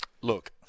look